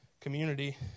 community